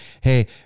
hey